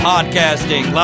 Podcasting